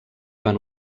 van